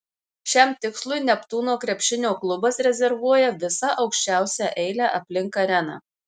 šiam tikslui neptūno krepšinio klubas rezervuoja visą aukščiausią eilę aplink areną